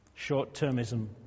Short-termism